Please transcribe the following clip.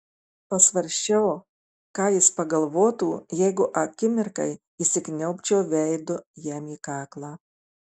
pasvarsčiau ką jis pagalvotų jeigu akimirkai įsikniaubčiau veidu jam į kaklą